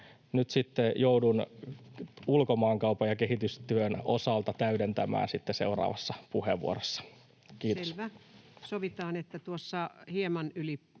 joudun ulkomaankaupan ja kehitystyön osalta täydentämään seuraavassa puheenvuorossa. — Kiitos.